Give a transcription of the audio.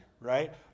right